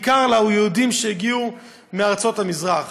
בעיקר ליהודים שהגיעו מארצות המזרח.